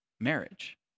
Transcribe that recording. marriage